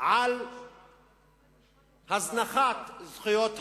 על הזנחת זכויות העובדים.